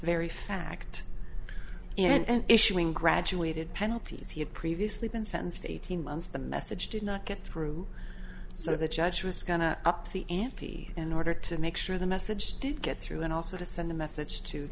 very fact and issuing graduated penalties he had previously been sentenced to eighteen months the message did not get through so the judge was going to up the ante in order to make sure the message did get through and also to send a message to